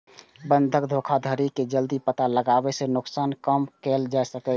बंधक धोखाधड़ी के जल्दी पता लगाबै सं नुकसान कें कम कैल जा सकै छै